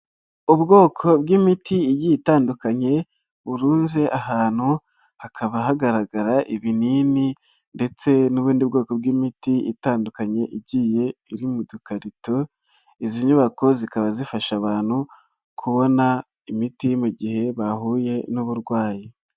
Ubwoko bw'imiti igiye itandukanye burunze ahantu hakaba hagaragara ibinini ndetse n'ubundi bwoko bw'imiti itandukanye igiye iri mu dukarito, izi nyubako zikaba zifasha abantu kubona imiti mu gihe bahuye n'uburwayi.